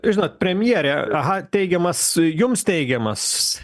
žinot premjerė aha teigiamas jums teigiamas